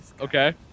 Okay